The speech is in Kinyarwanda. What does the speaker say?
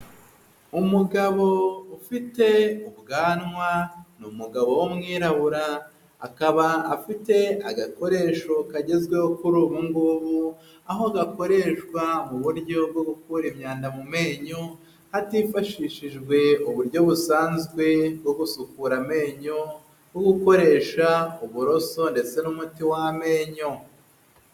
Umugabo ufite ubwanwa ni umugabo w'umwirabura, akaba afite agakoresho kagezweho kuri ubu ngubu, aho gakoreshwa mu buryo bwo gukora imyanda mu menyo, hatifashishijwe uburyo busanzwe bwo gusukura amenyo nko gukoresha uburoso ndetse n'umuti w'amenyo.